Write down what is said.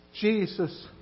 Jesus